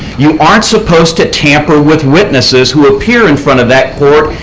you aren't supposed to tamper with witnesses who appear in front of that court,